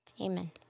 Amen